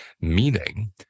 Meaning